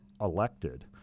elected